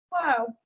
Wow